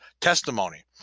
testimony